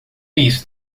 isso